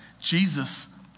Jesus